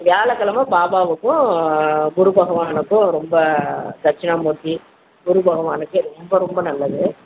வியாழக்கிழம பாபாவுக்கும் குருபகவானக்கும் ரொம்ப தட்சணாமூர்த்தி குருபகவானக்கு ரொம்ப ரொம்ப நல்லது